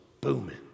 booming